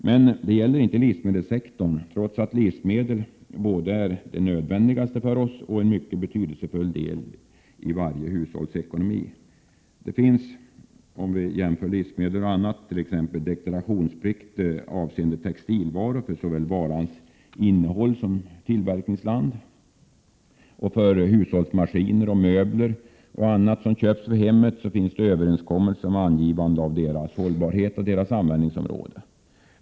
Men det gäller inte livsmedelsektorn, trots att livsmedlen både är de nödvändigaste varorna för oss och utgör en mycket betydelsefull del i varje hushålls ekonomi. Det finns — om vi jämför livsmedel med andra varor —t.ex. en deklarationsplikt avseende textilvaror. Så väl varans innehåll som tillverkningsland skall anges. För hushållsmaskiner, möbler och annat som köps för hemmet finns det överenskommelser om angivande av varornas hållbarhet och användningsområde.